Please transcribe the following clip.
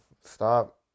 stop